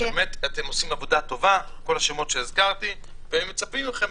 שבאמת אתם עושים עבודה טובה כל מי שהזכרתי ומצפים מכם